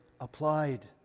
applied